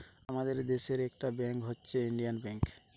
আমাদের দেশের একটা ব্যাংক হচ্ছে ইউনিয়ান ব্যাঙ্ক